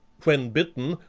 when bitten,